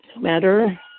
matter